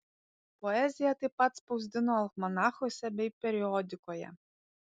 poeziją taip pat spausdino almanachuose bei periodikoje